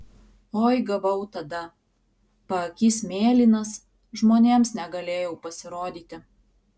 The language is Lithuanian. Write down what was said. oi gavau tada paakys mėlynas žmonėms negalėjau pasirodyti